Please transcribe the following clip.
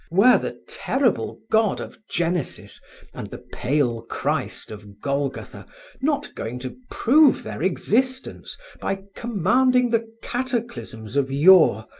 were the terrible god of genesis and the pale christ of golgotha not going to prove their existence by commanding the cataclysms of yore,